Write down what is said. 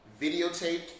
videotaped